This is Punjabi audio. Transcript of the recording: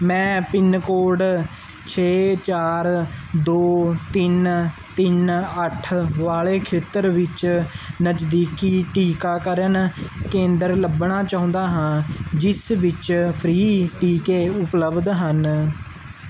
ਮੈਂ ਪਿੰਨ ਕੋਡ ਛੇ ਚਾਰ ਦੋ ਤਿੰਨ ਤਿੰਨ ਅੱਠ ਵਾਲੇ ਖੇਤਰ ਵਿੱਚ ਨਜ਼ਦੀਕੀ ਟੀਕਾਕਰਨ ਕੇਂਦਰ ਲੱਭਣਾ ਚਾਹੁੰਦਾ ਹਾਂ ਜਿਸ ਵਿੱਚ ਫ੍ਰੀ ਟੀਕੇ ਉਪਲਬਧ ਹਨ